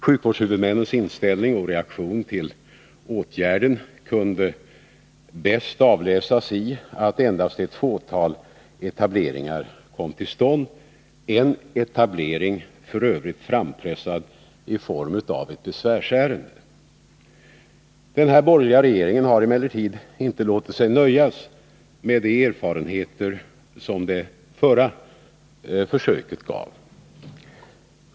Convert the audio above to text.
Sjukvårdshuvudmännens inställning till och reaktion på åtgärden kan bäst avläsas i att endast ett fåtal etableringar kom till stånd — en av dessa etableringar f.ö. frampressad i form av ett besvärsärende. Den här borgerliga regeringen har emellertid inte låtit sig nöjas med de erfarenheter som det förra försöket gav.